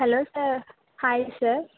hello sir hi sir